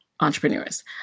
entrepreneurs